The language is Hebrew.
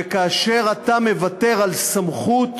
וכאשר אתה מוותר על סמכות